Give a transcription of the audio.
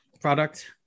product